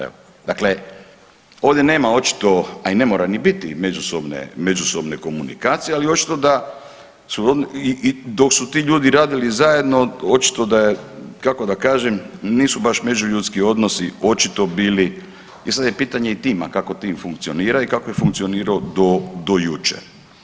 Evo, dakle ovdje nema očito, a i ne mora ni biti međusobne komunikacije, ali očigledno dok su ti ljudi radili zajedno očito da je, kako da kažem, nisu baš međuljudski odnosi očito bili, e sad je i pitanje tima kako tim funkcionira i kako je funkcionirao do jučer.